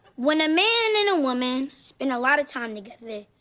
when a man and a woman spend a lot of time together,